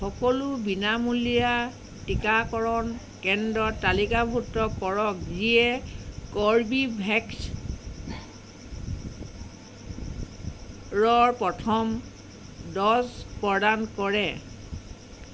সকলো বিনামূলীয়া টীকাকৰণ কেন্দ্ৰ তালিকাভুক্ত কৰক যিয়ে কৰ্বীভেক্স ৰৰ প্ৰথম ড'জ প্ৰদান কৰে